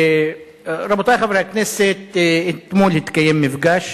רבותי חברי הכנסת, אתמול התקיים מפגש